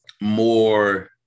more